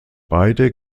beide